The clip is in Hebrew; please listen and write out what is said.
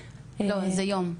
--- לא, אז היום.